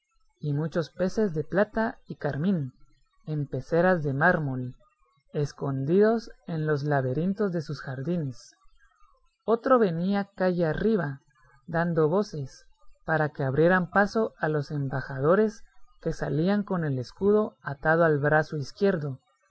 y muchos peces de plata y carmín en peceras de mármol escondidos en los laberintos de sus jardines otro venía calle arriba dando voces para que abrieran paso a los embajadores que salían con el escudo atado al brazo izquierdo